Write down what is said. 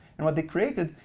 and what they created,